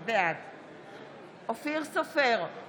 בעד אופיר סופר,